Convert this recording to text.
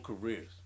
careers